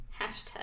Hashtag